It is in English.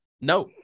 No